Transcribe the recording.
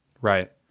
Right